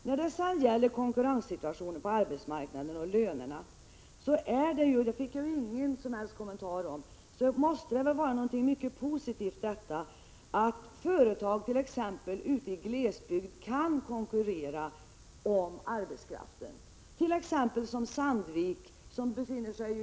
När det gäller konkurrenssituationen på arbetsmarknaden och lönerna måste det väl vara något mycket positivt att företag ute i glesbygd kan konkurrera om arbetskraften? Nils-Olof Gustafsson gav inte någon som helst kommentar till det.